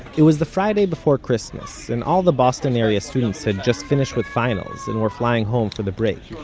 it was the friday before christmas, and all the boston area students had just finished with finals, and were flying home for the break.